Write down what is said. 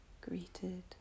Greeted